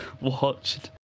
watched